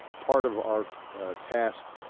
part of our task